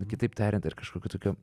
nu kitaip tariant ar kažkokių tokių